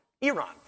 Iran